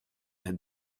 had